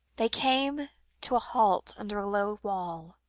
they came to a halt under a low wall,